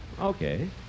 Okay